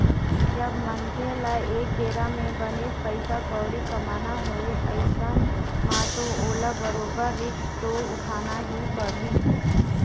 जब मनखे ल एक बेरा म बनेच पइसा कउड़ी कमाना हवय अइसन म तो ओला बरोबर रिस्क तो उठाना ही परही